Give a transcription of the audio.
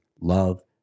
love